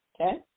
Okay